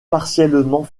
partiellement